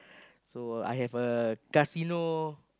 so I have a casino